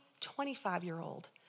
25-year-old